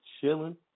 chilling